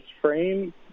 frame